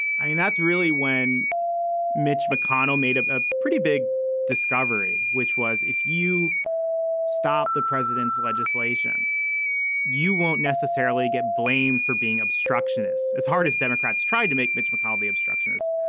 i mean that's really when mitch mcconnell made a ah pretty big discovery which was if you stop the president's legislation you won't necessarily get blamed for being obstructionists as hard as democrats tried to make mitch mcconnell the obstructionist.